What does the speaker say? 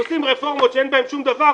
כשעושים רפורמות שאין בהם שום דבר,